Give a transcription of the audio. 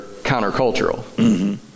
countercultural